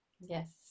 Yes